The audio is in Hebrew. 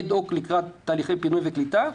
אד-הוק לקראת תהליכי פינוי וקליטה,